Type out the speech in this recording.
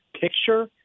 picture